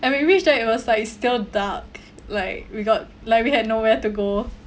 and we reached there it was like it's still dark like we got like we had nowhere to go